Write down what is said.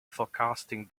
forecasting